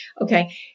Okay